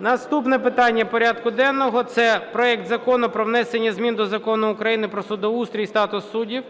Наступне питання порядку денного – це проект Закону про внесення змін до Закону України "Про судоустрій і статус суддів"